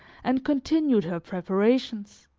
and continued her preparations